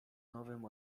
nowym